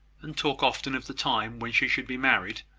and talk often of the time when she should be married,